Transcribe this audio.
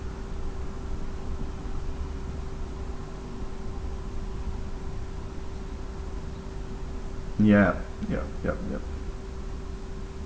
yup yup yup yup